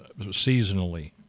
seasonally